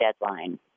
deadline